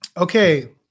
Okay